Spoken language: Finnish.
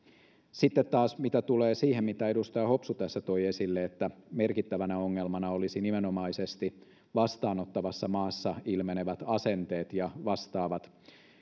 sitten taas mitä tulee siihen mitä edustaja hopsu tässä toi esille että merkittävänä ongelmana olisivat nimenomaisesti vastaanottavassa maassa ilmenevät asenteet ja vastaavat